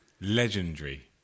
Legendary